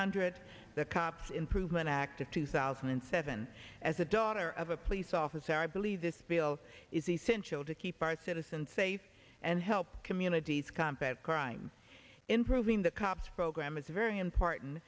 hundred the cops improvement act of two thousand and seven as a daughter of a police officer i believe this bill is essential to keep our citizens safe and help communities combat crime improving the cops program is very important